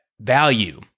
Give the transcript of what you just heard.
value